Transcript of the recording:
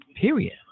Period